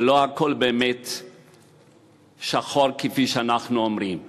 ולא הכול שחור, כפי שאנחנו אומרים.